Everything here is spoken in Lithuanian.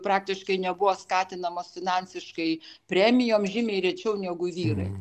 praktiškai nebuvo skatinamos finansiškai premijom žymiai rečiau negu vyrai